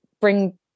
bring